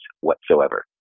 whatsoever